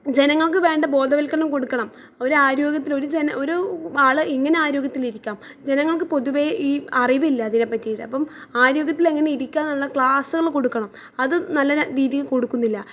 ജനങ്ങൾക്ക് വേണ്ട ബോധവൽക്കരണം കൊടുക്കണം ഒരു ആരോഗ്യത്തിന് ഒരു ജന ഒരൂ ആള് ഇങ്ങനാ ആ രോഗ്യത്തിലിരിക്കാം ജനങ്ങൾക്ക് പൊതുവേ ഈ അറിവില്ല അതിനെ പറ്റിയിട്ട് അപ്പം ആരോഗ്യത്തിലെങ്ങനെ ഇരിക്കാം എന്നുള്ള ക്ലാസ്സ്കള് കൊടുക്കണം അതും നല്ല ര രീതീയിൽ കൊടുക്കുന്നില്ല